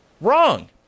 Wrong